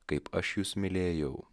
kaip aš jus mylėjau